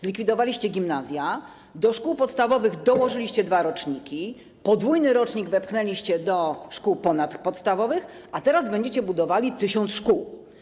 Zlikwidowaliście gimnazja, do szkół podstawowych dołożyliście dwa roczniki, podwójny rocznik wepchnęliście do szkół ponadpodstawowych, a teraz będziecie budowali 1000 szkół.